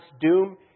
doom